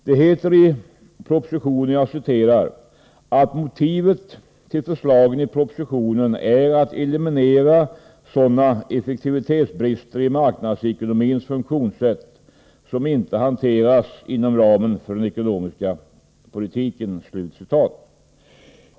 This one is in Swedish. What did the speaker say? Det heter i propositionen att motivet till förslagen i propositionen är att eliminera sådana effektivitetsbrister i marknadsekonomins funktionssätt som inte hanteras inom ramen för den ekonomiska politiken.